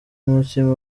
n’umutima